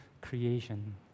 creation